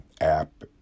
app